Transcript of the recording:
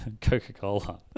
Coca-Cola